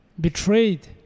betrayed